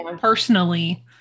personally